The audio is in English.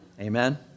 amen